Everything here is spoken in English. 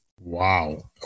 Wow